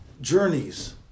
journeys